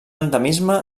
endemisme